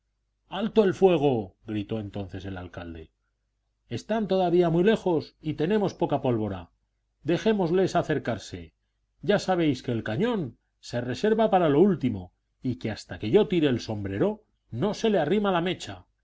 alto el fuego gritó entonces el alcalde están todavía muy lejos y tenemos poca pólvora dejémosles acercarse ya sabéis que el cañón se reserva para lo último y que hasta que yo tire el sombrero no se le arrima la mecha